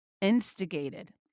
instigated